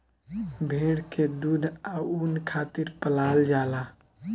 भेड़ के दूध आ ऊन खातिर पलाल जाला